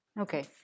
Okay